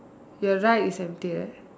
your right is empty right